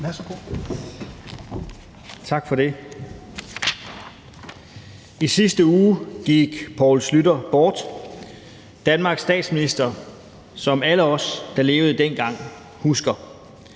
Poulsen (KF): Tak for det. I sidste uge gik Poul Schlüter bort – Danmarks tidligere statsminister, som alle os, der levede dengang, husker.